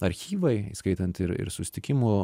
archyvai įskaitant ir ir susitikimų